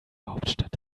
hauptstadt